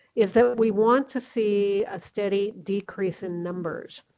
is that we want to see a steady decrease in numbers.